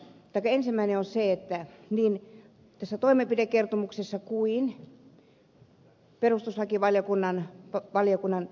ensimmäinen on se ettei tässä toimenpidekertomuksessa eikä perustuslakivaliokunnan valiokunnan